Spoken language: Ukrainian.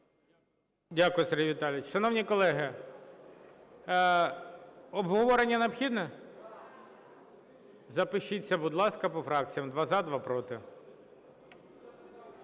Дякую, Сергій Віталійович. Шановні колеги, обговорення необхідне? Запишіться, будь ласка, по фракціям: два – за, два – проти.